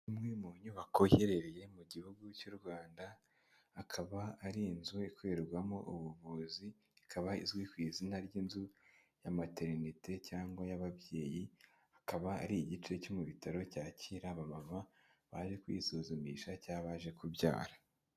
Imwe mu nyubako iherereye mu gihugu cy'u Rwanda, akaba ari inzu ikorerwamo ubuvuzi ikaba izwi ku izina ry'inzu ya materinete cyangwa y'ababyeyi, akaba ari igice cyo mu bitaro cyakira abamama baje kwisuzumisha cyangwa baje kubyara.